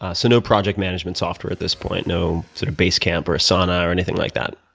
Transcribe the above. ah so, no project management software at this point? no sort of basecamp or asana, or anything like that?